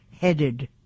headed